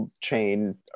chain